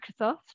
Microsoft